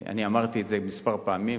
אמרתי את זה כמה פעמים,